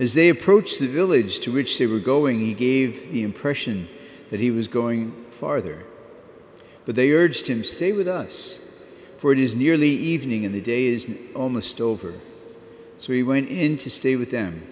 as they approached the village to which they were going he gave the impression that he was going farther but they urged him stay with us for it is nearly evening and the day is almost over so he went in to stay with them